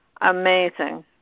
amazing